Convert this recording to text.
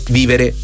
vivere